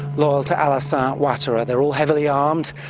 loyal to alassane ouattara. they're all heavily armed.